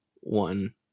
One